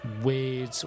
weird